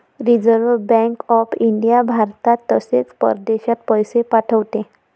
reserve bank of India भारतात तसेच परदेशात पैसे पाठवते